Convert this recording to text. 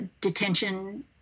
detention